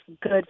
good